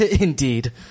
Indeed